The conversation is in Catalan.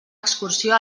excursió